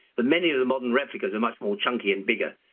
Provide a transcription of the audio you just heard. but many of the modern replicas are much more chunky and bigger.